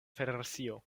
federacio